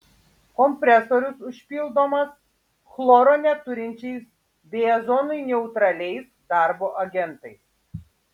kompresorius užpildomas chloro neturinčiais bei ozonui neutraliais darbo agentais